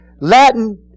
Latin